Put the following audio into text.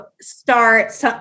start